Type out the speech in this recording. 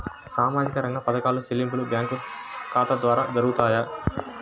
సామాజిక రంగ పథకాల చెల్లింపులు బ్యాంకు ఖాతా ద్వార జరుగుతాయా?